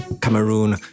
Cameroon